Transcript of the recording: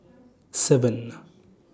seven